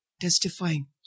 testifying